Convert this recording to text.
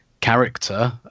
character